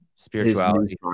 Spirituality